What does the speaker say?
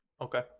Okay